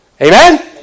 Amen